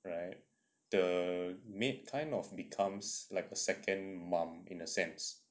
right the maid kind of becomes like a second mom in a sense